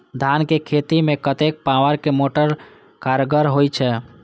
धान के खेती में कतेक पावर के मोटर कारगर होई छै?